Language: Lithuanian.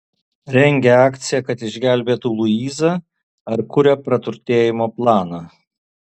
rengia akciją kad išgelbėtų luizą ar kuria praturtėjimo planą